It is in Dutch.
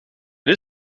het